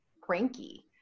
cranky